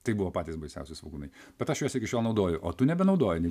tai buvo patys baisiausi svogūnai bet aš juos iki šiol naudoju o tu nebenaudoji ne